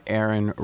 Aaron